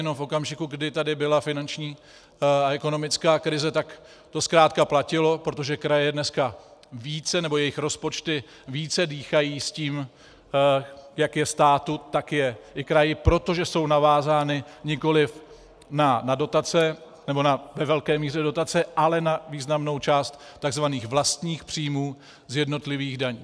V okamžiku, kdy tady byla finanční a ekonomická krize, to zkrátka platilo, protože kraje dnes více, nebo jejich rozpočty více dýchají s tím, jak je státu, tak je i kraji, protože jsou navázány nikoliv na dotace nebo ve velké míře na dotace, ale na významnou část takzvaných vlastních příjmů z jednotlivých daní.